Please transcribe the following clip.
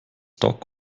dock